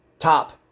Top